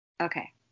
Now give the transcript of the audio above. okay